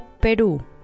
Peru